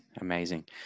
amazing